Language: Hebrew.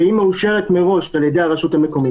שהיא מאושרת מראש על ידי הרשות המקומית,